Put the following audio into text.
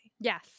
Yes